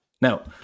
Now